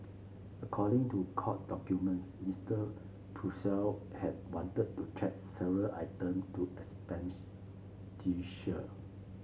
according to court documents Mister Purcell had wanted to check several item to